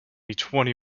twenty